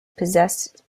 possessed